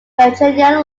virginia